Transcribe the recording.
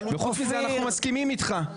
וחוץ מזה, אנחנו מסכימים איתך.